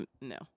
no